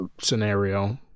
scenario